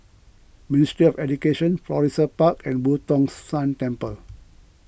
Ministry of Education Florissa Park and Boo Tong San Temple